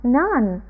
none